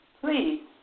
please